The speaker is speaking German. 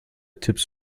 tipps